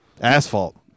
Asphalt